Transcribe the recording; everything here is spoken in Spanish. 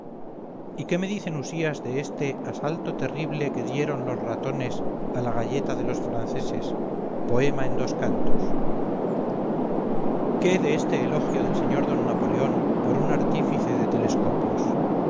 y qué me dicen usías de este asalto terrible que dieron los ratones a la galleta de los franceses poema en dos cantos qué de este elogio del sr d napoleón por un artífice de telescopios